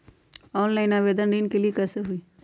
Online आवेदन ऋन के लिए कैसे हुई?